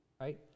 right